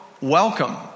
welcome